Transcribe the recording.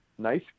nice